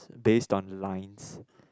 based on mine's